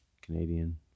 Canadian